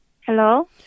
Hello